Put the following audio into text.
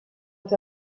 els